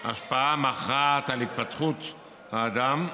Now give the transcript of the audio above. השפעה מכרעת על התפתחות האדם.